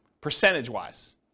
percentage-wise